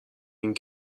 گین